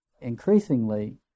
increasingly